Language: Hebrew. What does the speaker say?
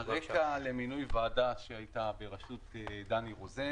יש --- למינוי ועדה שהייתה בראשות דני רוזן